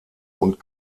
und